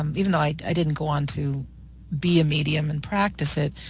um even though i didn't go on to be a medium and practice it,